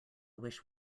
wish